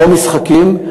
או שמשחקים.